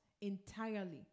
entirely